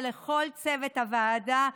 ולכל צוות הוועדה,